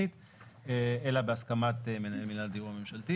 אלא בהסכמת מנהל מינהל הדיור הממשלתי